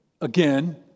again